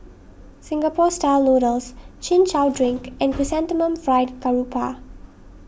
Singapore Style Noodles Chin Chow Drink and Chrysanthemum Fried Garoupa